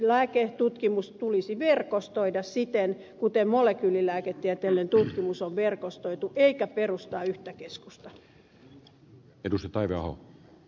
lääketutkimus tulisi verkostoida niin kuin molekyylilääketieteellinen tutkimus on verkostoitu eikä perustaa yhtä keskusta